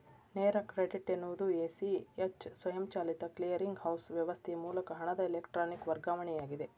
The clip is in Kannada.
ನೇರ ಕ್ರೆಡಿಟ್ ಎನ್ನುವುದು ಎ, ಸಿ, ಎಚ್ ಸ್ವಯಂಚಾಲಿತ ಕ್ಲಿಯರಿಂಗ್ ಹೌಸ್ ವ್ಯವಸ್ಥೆಯ ಮೂಲಕ ಹಣದ ಎಲೆಕ್ಟ್ರಾನಿಕ್ ವರ್ಗಾವಣೆಯಾಗಿದೆ